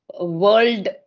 world